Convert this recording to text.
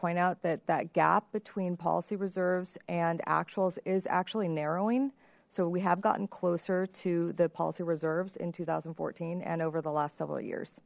point out that that gap between policy reserves and actuals is actually narrowing so we have gotten closer to the policy reserves in two thousand and fourteen and over the last several years